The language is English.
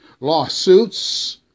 lawsuits